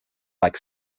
like